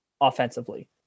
offensively